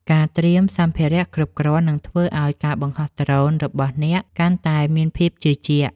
ការត្រៀមសម្ភារៈគ្រប់គ្រាន់នឹងធ្វើឱ្យការបង្ហោះដ្រូនរបស់អ្នកកាន់តែមានភាពជឿជាក់។